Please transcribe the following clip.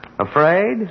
Afraid